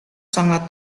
sangat